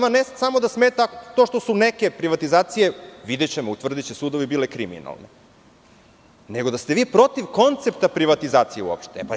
Vama ne samo da smeta to što su neke privatizacije, videćemo, utvrdiće sudovi, bile kriminalne, nego da ste vi protiv koncepta privatizacije uopšte.